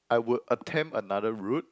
I would attempt another route